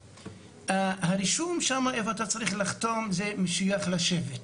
הרישום שם לפעמים משויך לשבט,